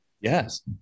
Yes